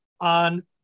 on